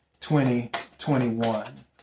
2021